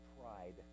pride